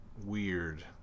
weird